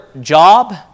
job